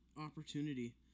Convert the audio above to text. opportunity